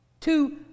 Two